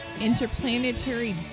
Interplanetary